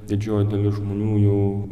didžioji dalis žmonių jų